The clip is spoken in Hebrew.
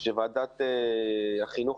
שוועדת החינוך,